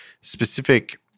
specific